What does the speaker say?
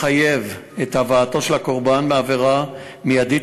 מחייב את הבאתו של קורבן העבירה מיידית